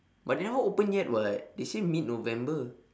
but they never open yet [what] they say mid november